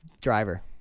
Driver